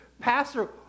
pastor